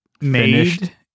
made